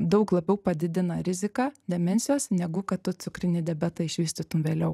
daug labiau padidina riziką demencijos negu kad tu cukrinį diabetą išvystytum vėliau